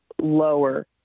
lower